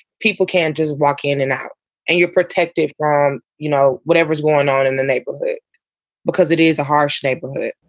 people can just walk in and out and you're protected from, you know, whatever's going on in the neighborhood because it is a harsh neighborhood.